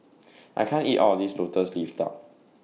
I can't eat All of This Lotus Leaf Duck